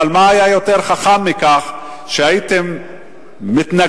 אבל מה היה יותר חכם מכך שהייתם מתנגדים